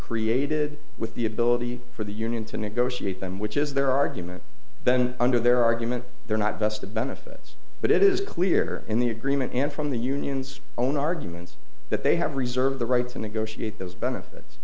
created with the ability for the union to negotiate them which is their argument then under their argument they're not vested benefits but it is clear in the agreement and from the unions own arguments that they have reserve the right to negotiate those benefits